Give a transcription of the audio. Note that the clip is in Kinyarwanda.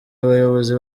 abayobozi